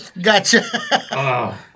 gotcha